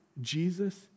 Jesus